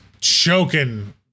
choking